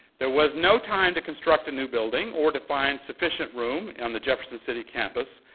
there was no time to construct a new building or to find sufficient room on the jefferson city campus.